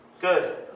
Good